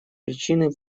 причины